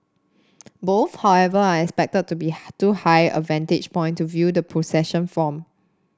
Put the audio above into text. both however are expected to be too high a vantage point to view the procession form